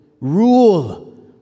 Rule